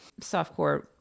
softcore